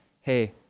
hey